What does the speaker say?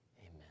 Amen